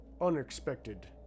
unexpected